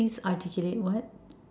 please articulate what